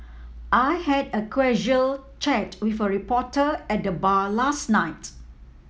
I had a casual chat with a reporter at the bar last night